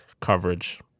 coverage